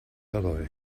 hollow